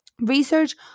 Research